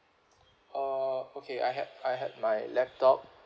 uh okay I had I had my laptop